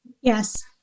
Yes